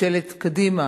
ממשלת קדימה,